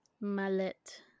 Mallet